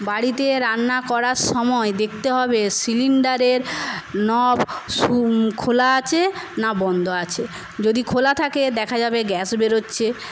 বাড়িতে রান্না করার সময় দেখতে হবে সিলিন্ডারের নব খোলা আছে না বন্ধ আছে যদি খোলা থাকে দেখা যাবে গ্যাস বেরোচ্ছে